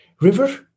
River